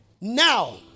Now